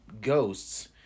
ghosts